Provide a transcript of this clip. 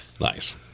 Nice